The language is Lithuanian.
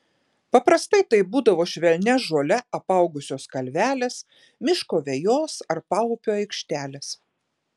paprastai tai būdavo švelnia žole apaugusios kalvelės miško vejos ar paupio aikštelės